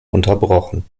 unterbrochen